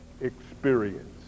experience